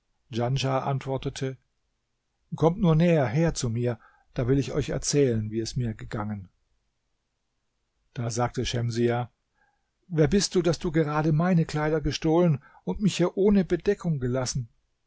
djanschah antwortete kommt nur näher her zu mir da will ich euch erzählen wie es mir gegangen da sagte schemsiah wer bist du daß du gerade meine kleider gestohlen und mich hier ohne bedeckung gelassen